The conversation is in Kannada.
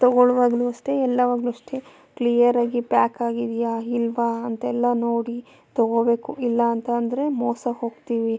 ತಗೊಳ್ಳುವಾಗಲೂ ಅಷ್ಟೆ ಎಲ್ಲವಾಗಲೂ ಅಷ್ಟೆ ಕ್ಲಿಯರ್ ಆಗಿ ಪ್ಯಾಕ್ ಆಗಿದೆಯಾ ಇಲ್ವ ಅಂತೆಲ್ಲ ನೋಡಿ ತಗೊಳ್ಬೇಕು ಇಲ್ಲ ಅಂತ ಅಂದ್ರೆ ಮೋಸ ಹೋಗ್ತೀವಿ